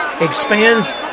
expands